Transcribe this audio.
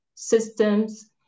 Systems